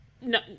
No